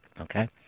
Okay